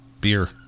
beer